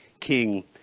king